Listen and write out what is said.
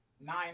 Nine